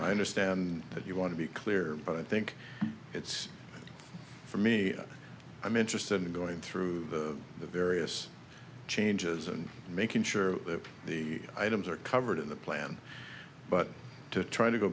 i understand that you want to be clear but i think it's for me i'm interested in going through the various changes and making sure that the items are covered in the plan but to try to go